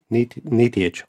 nei nei tėčio